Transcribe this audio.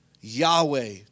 Yahweh